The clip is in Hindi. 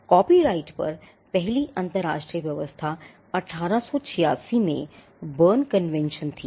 कॉपीराइट पर पहली अंतर्राष्ट्रीय व्यवस्था 1886 में बर्न कन्वेंशन थी